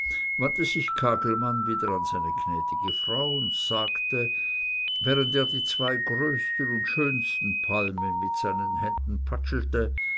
wandte sich kagelmann wieder an seine gnädige frau und sagte während er die zwei größten und schönsten palmen mit seinen händen patschelte